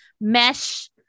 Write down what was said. mesh